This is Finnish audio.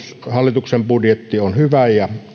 hallituksen budjetti on hyvä ja